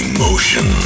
Emotion